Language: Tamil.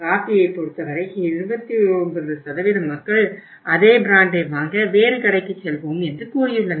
காபியை பொருத்தவரை 29 மக்கள் அதே பிராண்டை வாங்க வேறு கடைக்கு செல்வோம் என்று கூறியுள்ளனர்